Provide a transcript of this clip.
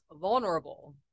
vulnerable